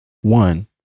one